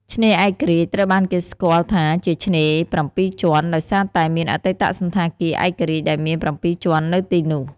ឆ្នេរឯករាជ្យ ត្រូវបានគេស្គាល់ថាជា ឆ្នេរ ៧ ជាន់ ដោយសារតែមានអតីតសណ្ឋាគារឯករាជ្យដែលមាន ៧ ជាន់នៅទីនោះ។